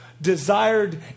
desired